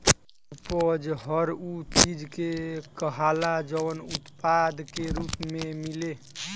उपज हर उ चीज के कहाला जवन उत्पाद के रूप मे मिले